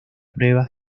pruebas